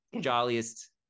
jolliest